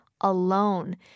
alone